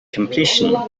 completion